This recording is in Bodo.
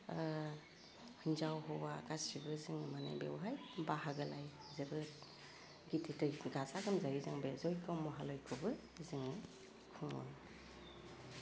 ओह हिनजाव हौवा गासिबो जों माने बेवहाय बाहागो लायो जोबोद गिदिदै गाजा गोमजायै जों बे जय्ग' महालयखौबो जोङो खुङो